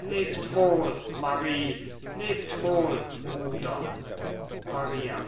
lebt wohl marie lebt wohl bruder maria